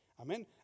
Amen